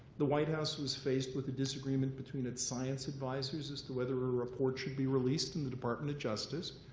the white house was faced with a disagreement between its science advisers as to whether a report should be released and the department of justice.